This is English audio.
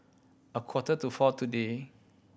a quarter to four today